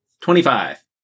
Twenty-five